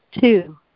Two